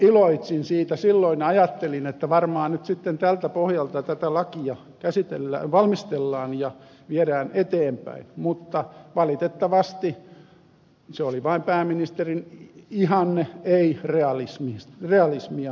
iloitsin siitä silloin ja ajattelin että varmaan nyt sitten tältä pohjalta tätä lakia valmistellaan ja viedään eteenpäin mutta valitettavasti se oli vain pääministerin ihanne ei realismia